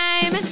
time